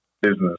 business